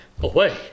away